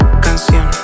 canción